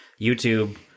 youtube